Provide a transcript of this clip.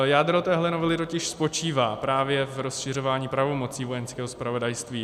Jádro téhle novely totiž spočívá právě v rozšiřování pravomocí Vojenského zpravodajství.